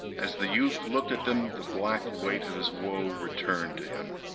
as the youth looked at them the black weight of his woe returned to him.